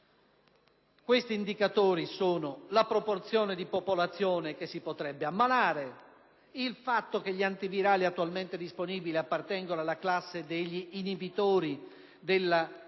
Questi indicatori sono: la proporzione di popolazione che si potrebbe ammalare; il fatto che gli antivirali attualmente disponibili appartengono alla classe degli inibitori della